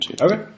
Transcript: okay